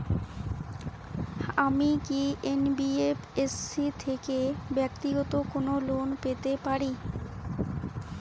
আমি কি এন.বি.এফ.এস.সি থেকে ব্যাক্তিগত কোনো লোন পেতে পারি?